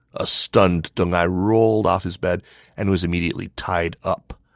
a stunned deng ai rolled off his bed and was immediately tied up.